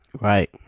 Right